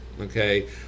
okay